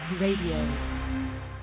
Radio